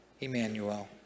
Emmanuel